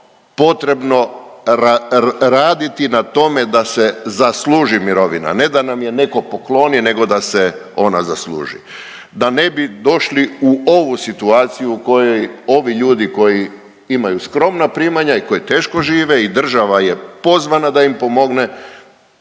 potrebno raditi na tome da se zasluži mirovina. Ne da nam je netko pokloni, nego da se ona zasluži. Da ne bi došli u ovu situaciju u kojoj ovi ljudi koji imaju skromna primanja i koji teško žive i država je pozvana da im pomogne.